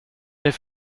det